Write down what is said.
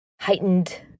heightened